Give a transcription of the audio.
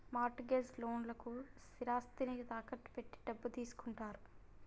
mart gauge లోన్లకు స్థిరాస్తిని తాకట్టు పెట్టి డబ్బు తీసుకుంటారు